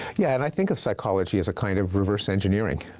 yeah, and i think of psychology as a kind of reverse engineering.